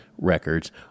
records